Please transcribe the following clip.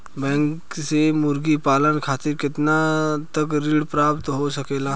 Bank से मुर्गी पालन खातिर कितना तक ऋण प्राप्त हो सकेला?